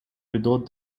without